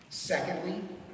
Secondly